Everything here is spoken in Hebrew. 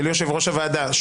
של יושב-ראש הוועדה.